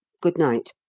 good night.